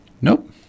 nope